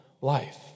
life